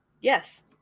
Yes